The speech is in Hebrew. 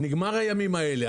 נגמרו הימים האלה.